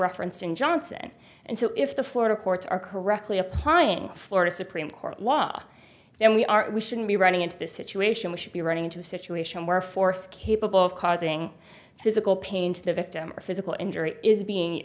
referenced in johnson and so if the florida courts are correctly applying florida supreme court law and we are we shouldn't be running into this situation we should be running into a situation where force capable of causing physical pain to the victim or physical injury is being